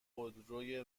خودروی